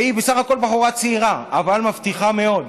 והיא בסך הכול בחורה צעירה אבל מבטיחה מאוד,